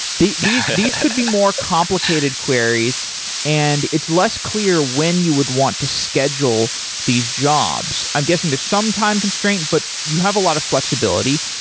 these could be more complicated queries and it's less clear when you would want to schedule these jobs. i'm guessing there's some time constraint, but you have a lot of flexibility.